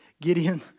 Gideon